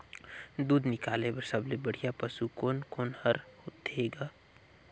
दूध निकाले बर सबले बढ़िया पशु कोन कोन हर होथे ग?